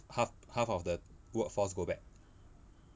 half half of the workforce go back